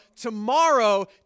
Tomorrow